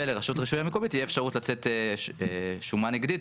ולרשות הרישוי המקומית תהיה אפשרות לתת שומה נגדי,